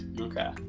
Okay